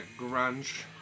grunge